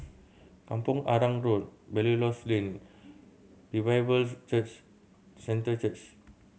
Kampong Arang Road Belilios Lane Revival Church Centre Church